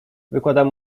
wykładam